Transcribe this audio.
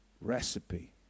recipe